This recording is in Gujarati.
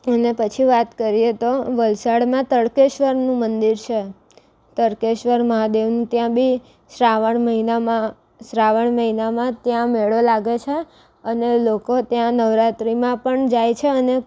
અને પછી વાત કરીએ તો વલસાડમાં તળકેશ્વરનું મંદિર છે તળકેશ્વર મહાદેવનું ત્યાં બી શ્રાવણ મહિનામાં શ્રાવણ મહિનામાં ત્યાં મેળો લાગે છે અને લોકો ત્યાં નવરાત્રિમાં પણ જાય છે અને